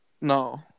No